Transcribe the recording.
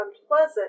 unpleasant